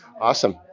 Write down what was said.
awesome